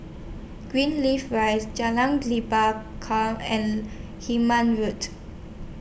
Greenleaf Rise Jalan Lebat and Hemmant Road